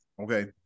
Okay